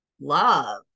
love